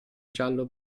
giallo